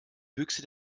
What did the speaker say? büchse